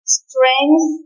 strength